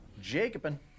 Jacobin